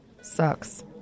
Sucks